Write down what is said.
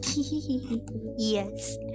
Yes